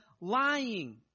lying